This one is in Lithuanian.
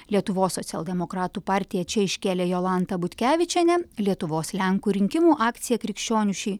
lietuvos socialdemokratų partija čia iškėlė jolantą butkevičienę lietuvos lenkų rinkimų akcija krikščionių šeimų